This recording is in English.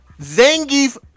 Zangief